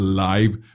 live